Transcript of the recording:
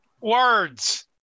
Words